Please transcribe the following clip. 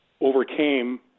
Overcame